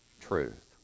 truth